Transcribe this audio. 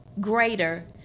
greater